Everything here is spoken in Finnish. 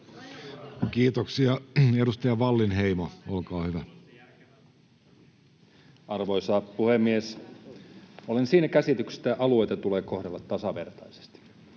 Kiitoksia. — Edustaja Wallinheimo, olkaa hyvä. Arvoisa puhemies! Olen siinä käsityksessä, että alueita tulee kohdella tasavertaisesti.